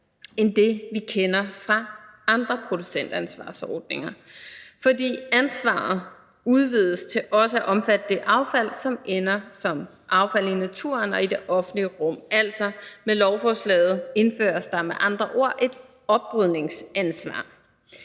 end det, vi kender fra andre producentansvarsordninger, fordi ansvaret udvides til også at omfatte det affald, som ender som affald i naturen og i det offentlige rum. Med lovforslaget indføres der med andre ord et oprydningsansvar.